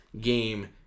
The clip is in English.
game